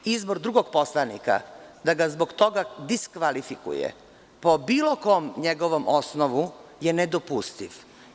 Izbor drugog poslanika da ga zbog toga diskvalifikuje po bilo kom njegovom osnovu je nedopustiv.